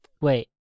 Wait